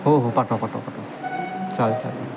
हो हो पाठवा पाठवा पाठवा चालेल चालेल